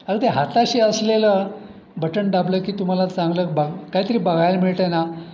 अगदी हाताशी असलेलं बटण दाबलं की तुम्हाला चांगलं बा काहीतरी बघायला मिळत आहे ना